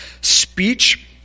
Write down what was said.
speech